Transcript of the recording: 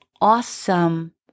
awesome